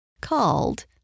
called